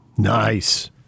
Nice